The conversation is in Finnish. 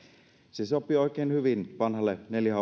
se sopii oikein hyvin vanhalle neljä